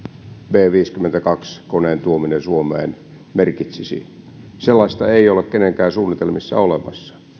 b viisikymmentäkaksi koneen tuominen suomeen merkitsisi sellaista ei ole kenenkään suunnitelmissa olemassa